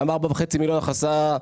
גם 4.5 מיליון הכנסה,